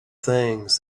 things